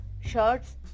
shirts